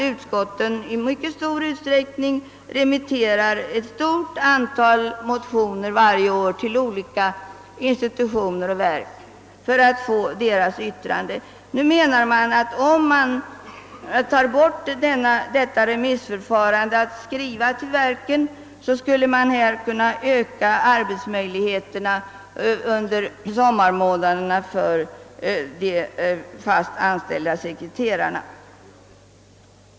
Utskotten remitterar som bekant varje år ett stort antal motioner till institutioner och verk för att inhämta dessas yttranden. Om man avskaffade detta remissförfarande med skrivelser till verken, skulle enligt vad man anser arbetsmöjligheterna under sommarmånaderna för de fast anställda sekreterarna kunna ökas.